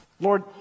Lord